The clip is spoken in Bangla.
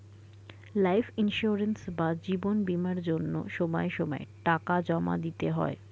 লাইফ ইন্সিওরেন্স বা জীবন বীমার জন্য সময় সময়ে টাকা জমা দিতে হয়